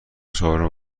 چهارم